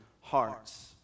hearts